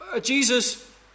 Jesus